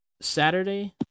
Saturday